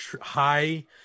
high